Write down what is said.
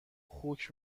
خوک